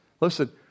Listen